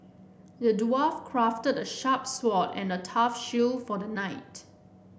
the dwarf crafted a sharp sword and a tough shield for the knight